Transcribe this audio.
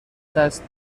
دست